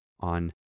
On